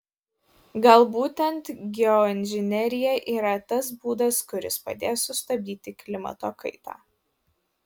gal būtent geoinžinerija yra tas būdas kuris padės sustabdyti klimato kaitą